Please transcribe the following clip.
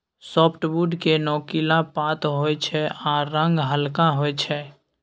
softwood केँ नोकीला पात होइ छै आ रंग हल्का होइ छै